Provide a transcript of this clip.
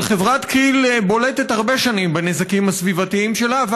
אבל חברת כי"ל בולטת הרבה שנים בנזקים הסביבתיים שלה,